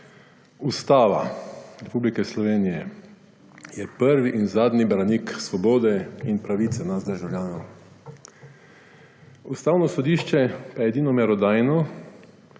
Ustava Republike Slovenije je prvi in zadnji branik svobode in pravice nas državljanov. Ustavno sodišče pa je edino merodajno